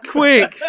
Quick